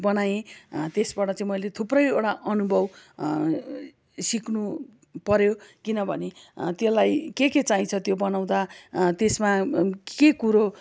बनाएँ त्यसबाट चाहिँ मैले थुप्रैवटा अनुभव सिक्नु पऱ्यो किनभने त्यसलाई के के चाइन्छ त्यो बनाउँदा त्यसमा के कुरो